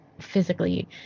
physically